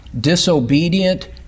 disobedient